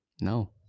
No